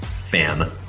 fan